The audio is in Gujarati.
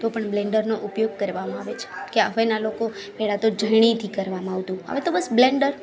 તો પણ બ્લેન્ડર ઉપયોગ કરવામાં આવે છે કે હવે ના લોકો પહેલાતો ઝયણીથી કરવામાં આવતું હવે તો બસ બ્લેન્ડર